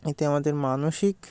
এতে আমাদের মানসিক